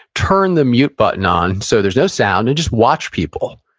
turn the mute button on, so there's no sound, and just watch people.